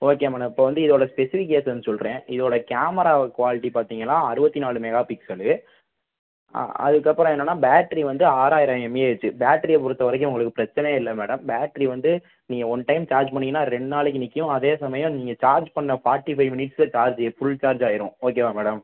okay madam இப்போ வந்து இதோடய ஸ்பெசிஃபிகேஷன் சொல்கிறேன் இதோடய கேமரா குவாலிட்டி பார்த்தீங்கன்னா அறுபத்திநாலு மெகா பிக்சலு ஆ அதுக்கப்புறம் என்னென்னா பேட்ரி வந்து ஆறாயிரம் எம்ஏஹெச்சு பேட்ரியை பொறுத்த வரைக்கும் உங்களுக்கு பிரச்சனையே இல்லை மேடம் பேட்ரி வந்து நீங்கள் ஒன் டைம் சார்ஜ் பண்ணீங்கன்னால் ரெண்டு நாளைக்கு நிற்கும் அதே சமயம் நீங்கள் சார்ஜ் பண்ண ஃபார்ட்டி ஃபை மினிட்ஸ்ல சார்ஜ்ஜு ஃபுல் சார்ஜ் ஆயிடும் ஓகேவா மேடம்